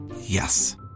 Yes